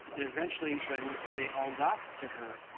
and eventually when they all got to her,